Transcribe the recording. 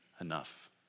enough